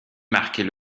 marquait